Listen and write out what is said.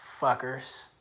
Fuckers